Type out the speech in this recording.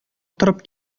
торып